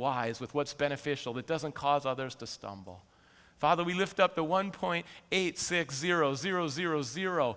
wise with what's beneficial that doesn't cause others to stumble father we lift up the one point eight six zero zero zero zero